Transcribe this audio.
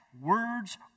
words